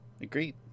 Agreed